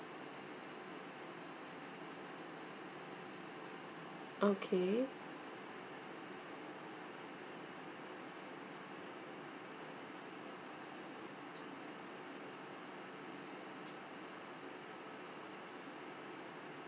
okay